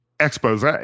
expose